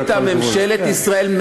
החליטה ממשלת ישראל,